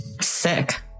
Sick